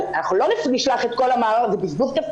אבל אנחנו לא נשלח את כל ה --- זה בזבוז כספי